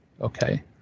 okay